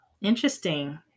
Interesting